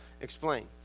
explain